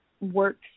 works